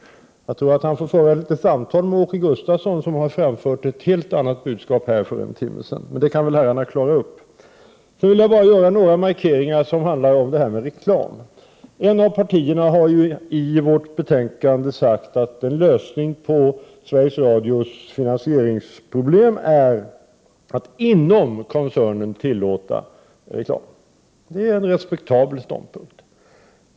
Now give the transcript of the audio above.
Jag tror att han får föra ett samtal med Åke Gustavsson, som har framfört ett helt annat budskap här för en timme sedan. Men det kan väl herrarna klara upp. Sedan vill jag bara göra några markeringar om reklam. Ett av partierna har i betänkandet sagt att en lösning på Sveriges Radios finansieringsproblem är att inom koncernen tillåta reklam. Det är en respektabel synpunkt.